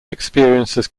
experiences